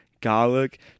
garlic